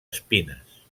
espines